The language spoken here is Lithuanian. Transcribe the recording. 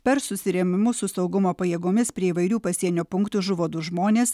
per susirėmimus su saugumo pajėgomis prie įvairių pasienio punktų žuvo du žmonės